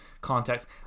context